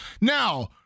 Now